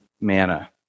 manna